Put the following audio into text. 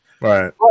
Right